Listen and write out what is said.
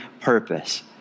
purpose